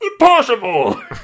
Impossible